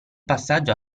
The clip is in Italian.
passaggio